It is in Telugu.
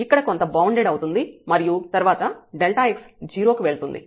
ఇక్కడ కొంత బౌండెడ్ అవుతుంది మరియు తర్వాత x 0 కి వెళ్తుంది